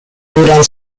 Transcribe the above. duran